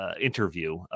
interview